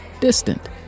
distant